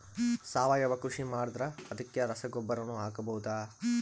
ಸಾವಯವ ಕೃಷಿ ಮಾಡದ್ರ ಅದಕ್ಕೆ ರಸಗೊಬ್ಬರನು ಹಾಕಬಹುದಾ?